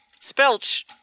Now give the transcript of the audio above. spelch